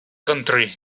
country